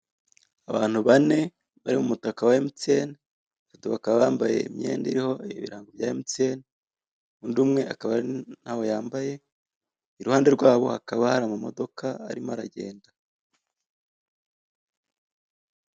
Abantu bane bari mu mutaka wa emuiyene, batatu bakaba bambaye imyenda iriho ibirango bya emuiyene, undi umwe akaba ntawe yambaye iruhande rwabo hakaba hari mu modoka arimo aragenda.